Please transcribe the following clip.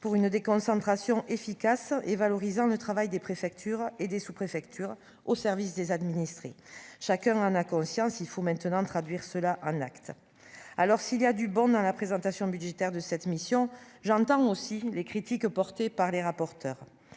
pour une déconcentration efficace et valorisant le travail des préfectures et des sous-préfectures, au service des administrés, chacun a conscience, il faut maintenant traduire cela en actes, alors s'il y a du borne dans la présentation budgétaire de cette mission, j'entends aussi les critiques portées par les rapporteurs,